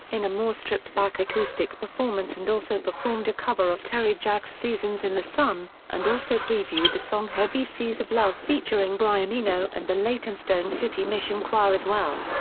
in a more stripped-back acoustic performance and also performed a cover of terry jacks' seasons in the sun and also previewed the song heavy seas of love featuring brian eno and the leytonstone city mission choir as well.